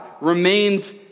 remains